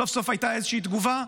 סוף-סוף הייתה איזושהי תגובה,